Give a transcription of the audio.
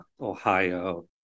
Ohio